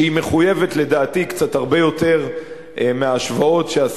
שמחויבת לדעתי קצת הרבה יותר מההשוואות שעשה